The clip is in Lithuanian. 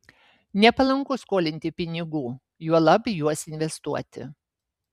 nepalanku skolinti pinigų juolab juos investuoti